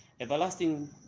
everlasting